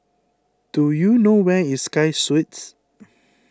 do you know where is Sky Suites